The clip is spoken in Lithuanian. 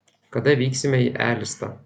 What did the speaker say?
kada vyksime į elistą